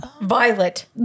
Violet